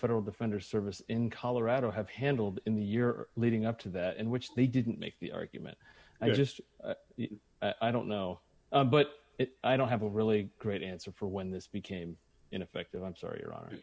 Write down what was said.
federal defender service in colorado have handled in the year leading up to that and which they didn't make the argument i just i don't know but i don't have a really great answer for when this became ineffective i'm sorry